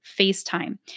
FaceTime